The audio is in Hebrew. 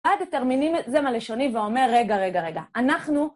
בא הדטרמיניזם הלשוני, ואומר, רגע, רגע, רגע, אנחנו...